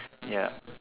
ya